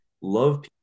love